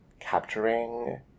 capturing